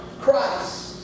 Christ